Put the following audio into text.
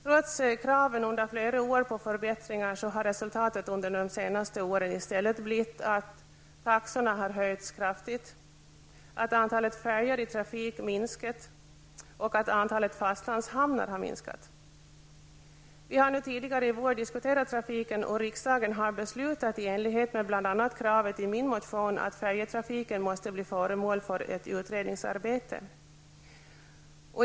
Trots kraven på förbättringar under flera år har resultatet i stället under de senaste åren blivit att taxorna höjts kraftigt, att antalet färjor i trafik minskat och att antalet fastlandshamnar minskat. Vi har tidigare i vår diskuterat trafiken, och riksdagen har beslutat i enlighet med bl.a. kravet i min motion om att färjetrafiken måste bli föremål för ett utredningsarbete.